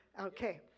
Okay